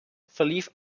verlief